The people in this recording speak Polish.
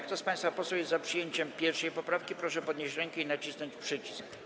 Kto z państwa posłów jest za przyjęciem 1. poprawki, proszę podnieść rękę i nacisnąć przycisk.